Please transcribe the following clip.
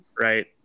right